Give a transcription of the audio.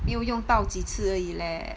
没有用到几次而已 leh